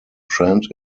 trend